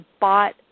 bought